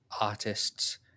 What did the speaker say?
artists